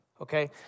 Okay